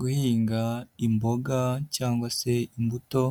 Guhinga imboga cyangwa se imbuto